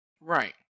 Right